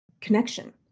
connection